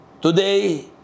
Today